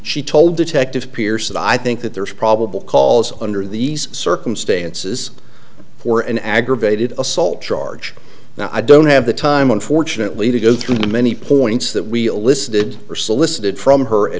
she told detective pearson i think that there's probable cause under these circumstances for an aggravated assault charge now i don't have the time unfortunately to go through the many points that we elicited or solicited from her a